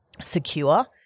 secure